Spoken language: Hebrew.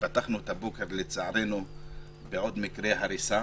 פתחנו את הבוקר לצערנו בעוד מקרה הריסה.